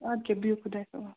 اَدٕکہِ بہیٛو خۄدایَس